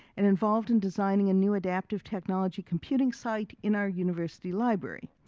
and involved in designing a new adaptive technology computing site in our university library.